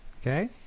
Okay